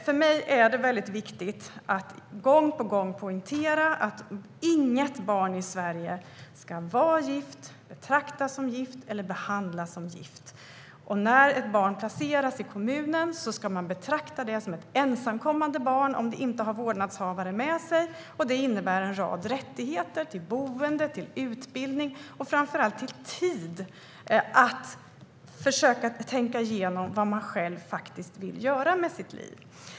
För mig är det viktigt att gång på gång poängtera att inget barn i Sverige ska vara gift, betraktas som gift eller behandlas som gift. När ett barn placeras i en kommun ska det betraktas som ett ensamkommande barn om det inte har vårdnadshavare med sig. Det innebär en rad rättigheter, rättigheter till boende, till utbildning och framför allt till tid att tänka igenom vad man själv vill göra med sitt liv.